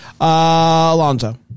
Alonzo